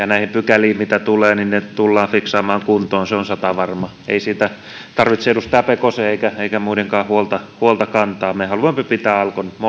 näihin pykäliin ne ne tullaan fiksaamaan kuntoon se on satavarma ei siitä tarvitse edustaja pekosen eikä eikä muidenkaan huolta huolta kantaa me haluamme pitää alkon